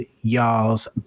y'all's